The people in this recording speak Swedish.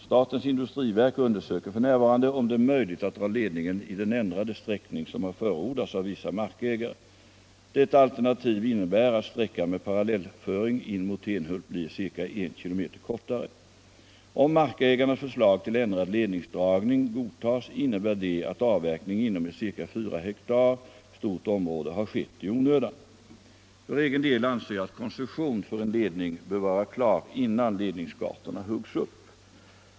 Statens industriverk undersöker f.n. om det är möjligt att dra ledningen i den ändrade sträckning som har förordats av vissa markägare. Detta alternativ innebär att sträckan med parallellföring in mot Tenhult blir ca I km kortare. Om markägarnas förslag till ändrad ledningsdragning godtas innebär det att avverkning inom ett ca 4 ha stort område har skett i onödan. För egen del anser jag att koncession för en ledning bör vara klar innan ledningsgatorna huggs upp.